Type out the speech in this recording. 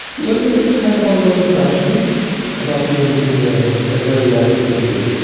there's there's some kind of ongoing prejudice about yoga being a girlie activity,